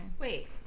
Wait